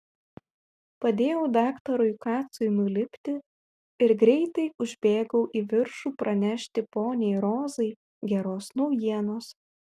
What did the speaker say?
padėjau daktarui kacui nulipti ir greitai užbėgau į viršų pranešti poniai rozai geros naujienos